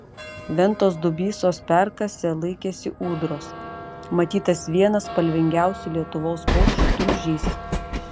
ventos dubysos perkase laikėsi ūdros matytas vienas spalvingiausių lietuvos paukščių tulžys